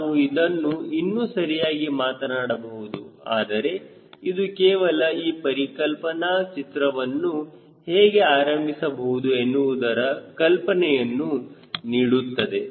ನಾವು ಇದನ್ನು ಇನ್ನೂ ಸರಿಯಾಗಿ ಮಾತನಾಡಬಹುದು ಆದರೆ ಇದು ಕೇವಲ ಈ ಪರಿಕಲ್ಪನಾ ಚಿತ್ರವನ್ನು ಹೇಗೆ ಆರಂಭಿಸಬಹುದು ಎನ್ನುವುದರ ಕಲ್ಪನೆಯನ್ನು ನೀಡುತ್ತದೆ